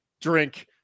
drink